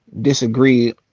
disagree